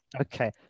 Okay